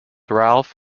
ralph